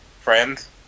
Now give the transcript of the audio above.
friends